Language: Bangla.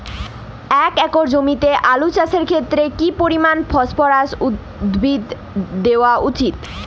এক একর জমিতে আলু চাষের ক্ষেত্রে কি পরিমাণ ফসফরাস উদ্ভিদ দেওয়া উচিৎ?